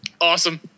Awesome